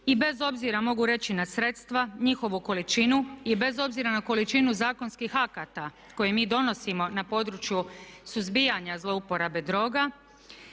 i bez obzira mogu reći na sredstva, njihovu količinu i bez obzira na količinu zakonskih akata koje mi donosimo na području suzbijanja zlouporabe droga